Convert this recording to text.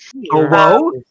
Hello